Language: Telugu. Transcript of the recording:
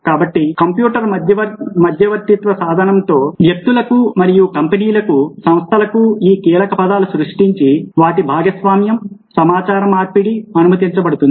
కాబట్టి కంప్యూటర్ మధ్యవర్తిత్వ సాధనంతో వ్యక్తులకు మరియు కంపెనీలకు సంస్థలకు ఈ కీలకపదాలు సృష్టించి వాటి భాగస్వామ్యం సమాచారం మార్పిడి అనుమతించబడుతుంది